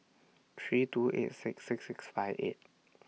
three two eight six six six five eight